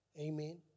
Amen